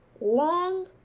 long